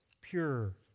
pure